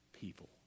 people